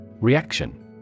Reaction